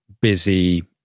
busy